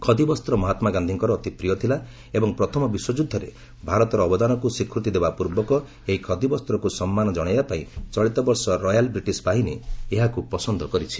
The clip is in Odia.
ଖଦି ବସ୍ତ ମହାତ୍ରାଗାନ୍ଧିଙ୍କର ଅତି ପ୍ରିୟ ଥିଲା ଏବଂ ପ୍ରଥମ ବିଶ୍ୱଯ୍ରଦ୍ଧରେ ଭାରତର ଅବଦାନକୁ ସ୍ୱୀକୂତି ଦେବାପୂର୍ବକ ଏହି ଖଦି ବସ୍ତକୁ ସମ୍ମାନ ଜଣାଇବାପାଇଁ ଚଳିତ ବର୍ଷ ରୟାଲ୍ ବ୍ରିଟିଶ୍ ବାହିନୀ ଏହାକୁ ପସନ୍ଦ କରିଛି